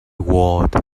ward